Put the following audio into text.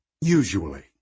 usually